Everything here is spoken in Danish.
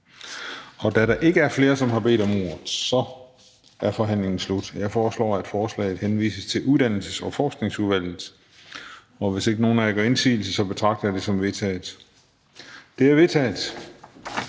Da der ikke er flere, som har bedt om ordet, er forhandlingen sluttet. Jeg foreslår, at forslaget henvises til Uddannelses- og Forskningsudvalget. Hvis ikke nogen af jer gør indsigelse, betragter jeg det som vedtaget. Det er vedtaget.